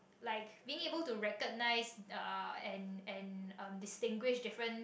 like being able to recognize uh and and um distinguish different